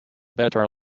better